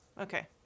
Okay